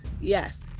Yes